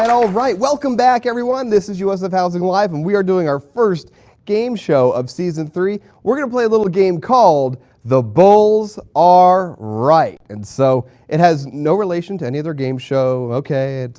and alright. welcome back everyone. this is usf housing live! and we are doing our first game show of season three. we're going to play a little game called the bulls are right. and so it has no relation to any other game show. okay, it